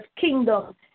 kingdom